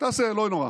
תעשה, לא נורא.